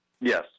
Yes